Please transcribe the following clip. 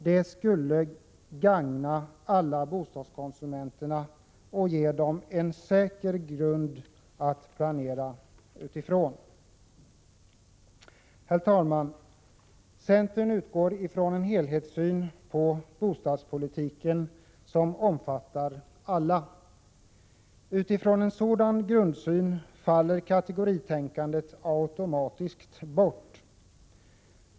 Det skulle gagna alla bostadskonsumenter och ge dem en säker grund när det gäller att planera. Herr talman! Centern utgår från en helhetssyn på bostadspolitiken som omfattar alla. När man har en sådan grundsyn faller kategoritänkandet automatiskt bort.